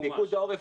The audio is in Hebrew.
פיקוד העורף,